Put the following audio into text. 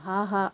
ஆஹா